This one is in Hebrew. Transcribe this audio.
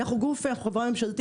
אנחנו גוף, אנחנו חברה ממשלתית.